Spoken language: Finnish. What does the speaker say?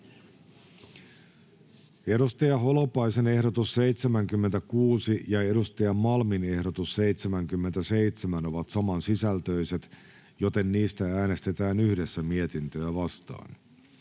Hanna Holopaisen ehdotus 76 ja Niina Malmin ehdotus 77 ovat samansisältöiset, joten niistä äänestetään yhdessä mietintöä vastaan.